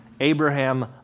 Abraham